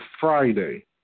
Friday